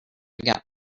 got